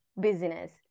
business